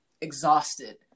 exhausted